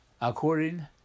according